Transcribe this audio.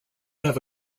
have